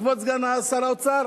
כבוד סגן שר האוצר?